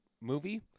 movie